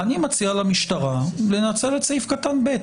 אני מציע למשטרה לנצל את תקנת משנה (ב).